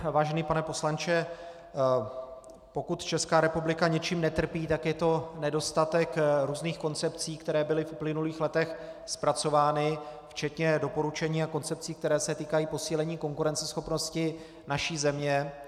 Vážený pane poslanče, pokud Česká republika něčím netrpí, tak je to nedostatek různých koncepcí, které byly v uplynulých letech zpracovány, včetně doporučení a koncepcí, které se týkají posílení konkurenceschopnosti naší země.